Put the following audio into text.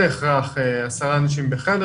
אפשר לפעול בעזרת סקר של כל אנשי הצוות פעם בשבועיים,